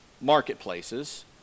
marketplaces